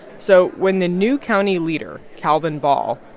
so when the new county leader, calvin ball,